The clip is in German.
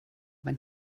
man